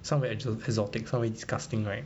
sound very exotic sound very disgusting right